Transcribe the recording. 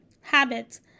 habits